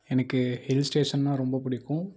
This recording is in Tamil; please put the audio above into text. எனக்கு ஹில் ஸ்டேஷன்னால் ரொம்ப பிடிக்கும்